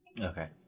okay